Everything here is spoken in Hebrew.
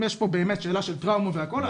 אם יש פה באמת שאלה של טראומה והכול,